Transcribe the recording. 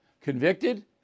Convicted